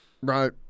Right